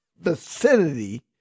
vicinity